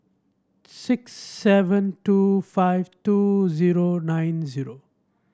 six seven two five two zero nine zero